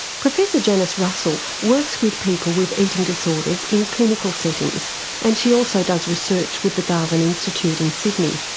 professor janice russell works with people with eating disorders in clinical settings and she also does research with the garvan institute in sydney.